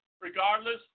regardless